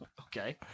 Okay